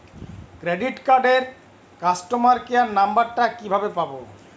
Credit কার্ডের customer care number টা কিভাবে পাবো?